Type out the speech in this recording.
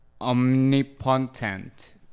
omnipotent